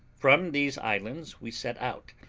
from these islands we set out,